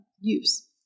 use